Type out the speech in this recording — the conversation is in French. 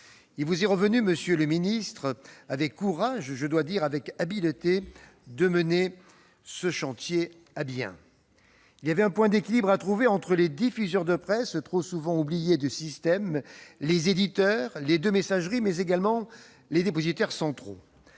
Il vous est revenu, monsieur le ministre, de mener à bien ce chantier avec courage et, je dois le dire, avec habileté. Il y avait un point d'équilibre à trouver entre les diffuseurs de presse, trop souvent oubliés du système, les éditeurs, les deux messageries, mais également les dépositaires centraux.